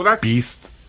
Beast